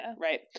right